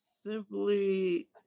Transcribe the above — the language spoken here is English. simply